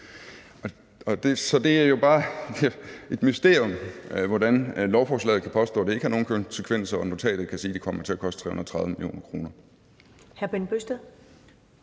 Så det er jo bare et mysterium, hvordan lovforslaget kan påstå, at det ikke har nogen økonomiske konsekvenser, og notatet kan sige, at det kommer til at koste 330 mio. kr.